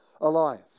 alive